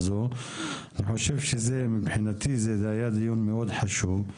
אני חושב שמבחינתי זה היה דיון מאוד חשוב.